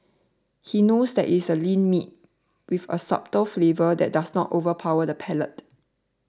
he knows that it's a lean meat with a subtle flavour that does not overpower the palate